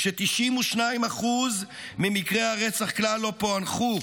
כש-92% ממקרי הרצח כלל לא פוענחו,